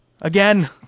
again